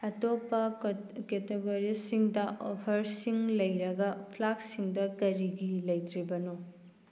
ꯑꯇꯣꯞꯄ ꯀꯦꯇꯒꯣꯔꯤꯁꯁꯤꯡꯗ ꯑꯣꯐꯔꯁꯤꯡ ꯂꯩꯔꯒ ꯐ꯭ꯂꯥꯛꯁꯁꯤꯡꯗ ꯀꯔꯤꯒꯤ ꯂꯩꯇ꯭ꯔꯤꯕꯅꯣ